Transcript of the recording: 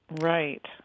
Right